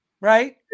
Right